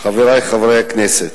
חברי חברי הכנסת,